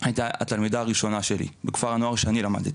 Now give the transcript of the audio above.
הייתה התלמידה הראשונה שלי בכפר הנוער שאני למדתי,